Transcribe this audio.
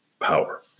power